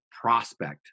prospect